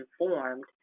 informed